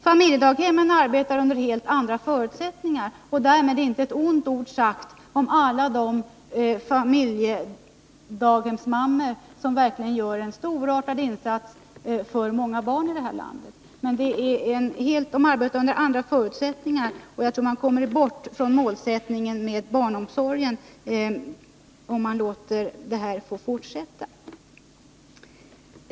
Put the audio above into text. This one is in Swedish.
Familjedaghemmen arbetar under helt andra förutsättningar — därmed inte ett ont ord sagt om alla de familjedaghemsmammor som verkligen gör en storartad insats för många barn i detta land. Men de arbetar under andra förutsättningar. Och jag tror man kommer bort från målsättningen för barnomsorgen om man låter den här utvecklingen fortsätta.